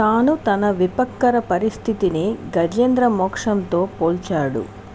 తాను తన విపత్కర పరిస్థితిని గజేంద్ర మోక్షంతో పోల్చాడు